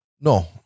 No